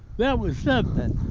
that was something.